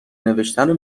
نوشتنو